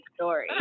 story